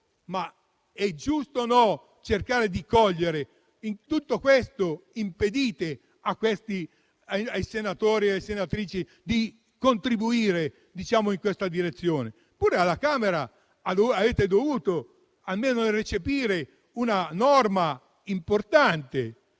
possa cercare di contribuire? In tutto questo impedite ai senatori e alle senatrici di contribuire in tale direzione. Pure alla Camera avete dovuto almeno recepire una norma importante,